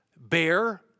bear